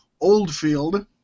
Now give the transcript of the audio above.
Oldfield